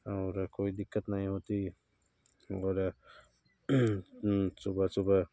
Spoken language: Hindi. और कोई दिक्कत नहीं होती भोर सुबह सुबह